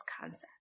concept